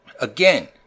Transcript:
Again